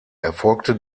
erfolgte